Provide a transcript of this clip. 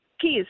Keys